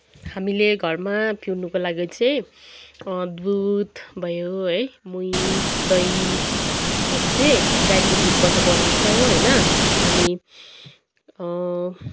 हामीले घरमा पिउनुको लागि चाहिँ दुध भयो है मही दहीहरू चाहिँ गाईको दुधबाट बनाउँछौँ होइन अनि